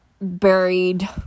buried